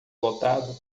lotado